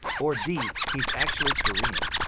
or d he's actually korean.